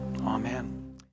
Amen